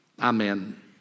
Amen